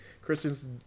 Christians